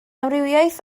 amrywiaeth